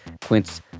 Quince